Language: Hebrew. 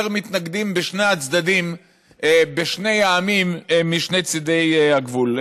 מתנגדים בשני הצדדים בשני העמים משני צידי הגבול.